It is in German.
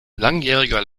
langjähriger